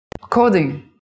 Coding